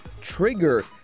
trigger